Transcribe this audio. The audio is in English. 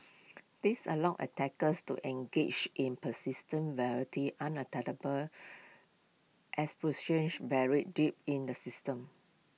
this allows attackers to engage in persistent variety espionage buried deep in the system